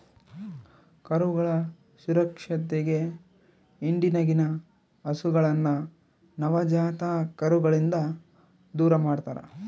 ಕರುಗಳ ಸುರಕ್ಷತೆಗೆ ಹಿಂಡಿನಗಿನ ಹಸುಗಳನ್ನ ನವಜಾತ ಕರುಗಳಿಂದ ದೂರಮಾಡ್ತರಾ